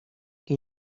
que